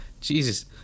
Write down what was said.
Jesus